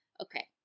Okay